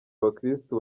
abakirisitu